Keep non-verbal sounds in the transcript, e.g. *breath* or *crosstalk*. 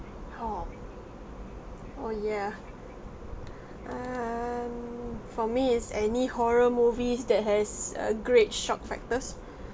hor oh yeah *breath* um for me it's any horror movies that has uh great shock factors